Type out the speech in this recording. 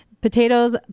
potatoes